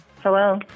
hello